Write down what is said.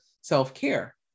self-care